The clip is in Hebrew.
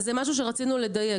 אז זה משהו שרצינו לדייק.